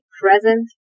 present